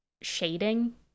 shading